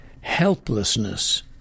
helplessness